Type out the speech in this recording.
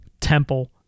Temple